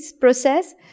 process